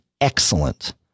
excellent